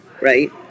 right